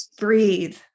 breathe